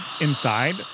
inside